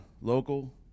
local